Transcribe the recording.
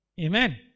Amen